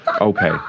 Okay